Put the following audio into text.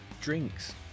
drinks